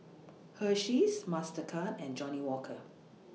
Hersheys Mastercard and Johnnie Walker